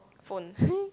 phone